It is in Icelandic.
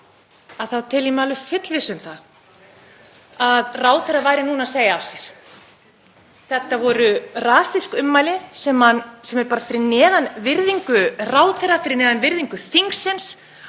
tel ég mig alveg fullvissa um, væri ráðherra núna að segja af sér. Þetta voru rasísk ummæli sem eru fyrir neðan virðingu ráðherra, fyrir neðan virðingu þingsins,